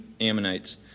Ammonites